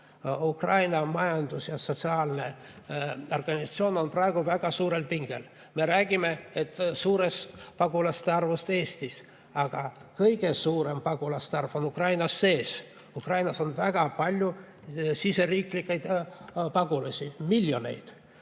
Ukraina majandus ja sotsiaalne organiseerimine on praegu väga suure pinge all. Me räägime suurest pagulaste arvust Eestis, aga kõige suurem pagulaste arv on Ukrainas sees. Ukrainas on väga palju siseriiklikke pagulasi, miljoneid,